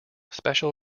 special